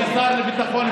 נא לשבת.